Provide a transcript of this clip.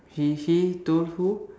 he he told who